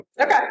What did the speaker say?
Okay